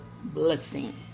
blessing